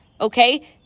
Okay